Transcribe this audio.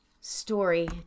story